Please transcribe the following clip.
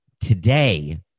today